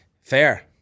Fair